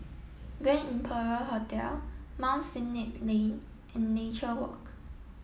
Grand Imperial Hotel Mount Sinai Lane and Nature Walk